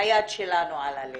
היד שלנו על הלב.